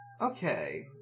okay